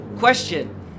Question